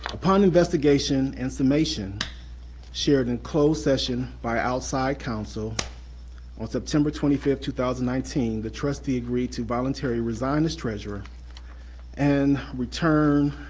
upon investigation and summation shared in closed session by outside counsel on september twenty fifth, two thousand and nineteen, the trustee agreed to voluntarily resign as treasurer and return,